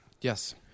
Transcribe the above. yes